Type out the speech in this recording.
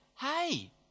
Hey